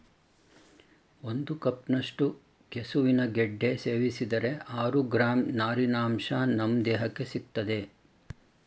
ಒಂದು ಕಪ್ನಷ್ಟು ಕೆಸುವಿನ ಗೆಡ್ಡೆ ಸೇವಿಸಿದರೆ ಆರು ಗ್ರಾಂ ನಾರಿನಂಶ ನಮ್ ದೇಹಕ್ಕೆ ಸಿಗ್ತದೆ